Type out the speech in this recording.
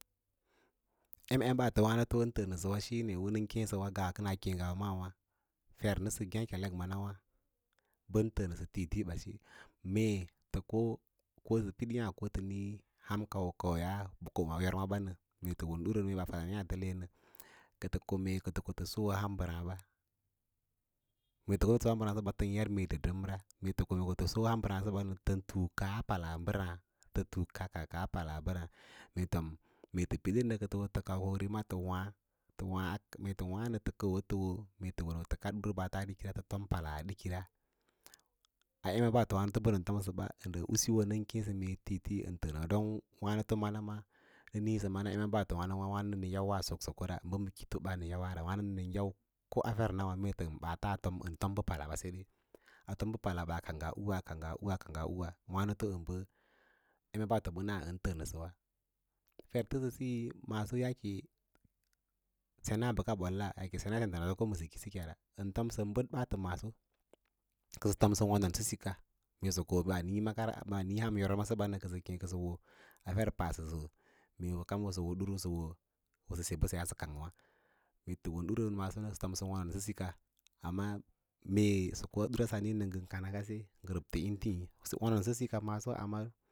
Em embəto wânoto-ləə nəsəwa shíne nən keẽsə, nga kəna kěě hamba maawa fer nəsə ngeěkelek təng manawa bən təə nəsə tii liĩ mee tə ko, ko ta, pid yaa ko ham ko ya yô mabanə tə won duru mee ɓa fadan yaã tə le nə tə ko mee ko tə soꞌo ahan mbəraã ba, mee tə ko tə soꞌo tən yar mee təɗəmra, mee tə kon ko tə soꞌo han mbəraã səba nə, tən tuuka ts palas mbəraã tə tuukaa mbəraã mee tə pid tə ko ko tə kau komrima tə waã- mee tə wǎǎ nə ko tə kəu tə wo wo tə kad ɓaats tə tom palas dikira a em mebato wano bə nən tomsə ba ən síyo nə keẽ tíítíí ən təə bəwa kuma wâno nə yawa soksokora kifo ba nəyawa wâno nən yau ko a fer nawâ mee tə ma ɓaats bə tom bə pala ɓa sseɗe, bə pala ba a kagge ǔwǎ a kangge ūwà, akang ūwǎ wàno ndə em-embatobəns yi təə nəsəwa fer təsə siyi maaso yaake sena bəkake bol yaake yi sena ma kobaa huī pəi sihira sən fom aa sikoo waso kə sə fom wonon sə sika mee ɓaa nǐǐn ham yôrma səɓa nə kəsə kang duru fer pasəsə kam kəsə durwa sə wo ko se mbəsey aa sə kad wa mee sə won duru nə kə sə fom wân sika, amma mee sə ko duraa sani nə ngə kan ngase ngə rəbtə in tíí sə fomon maso wonon sə ka.